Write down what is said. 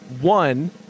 One